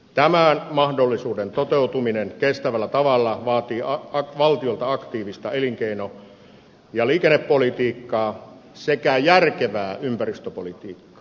tämän mahdollisuuden toteutuminen kestävällä tavalla vaatii valtiolta aktiivista elinkeino ja liikennepolitiikkaa sekä järkevää ympäristöpolitiikkaa